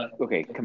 okay